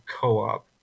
co-op